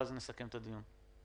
ואז נסכם את הדיון.